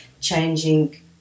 changing